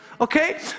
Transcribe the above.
Okay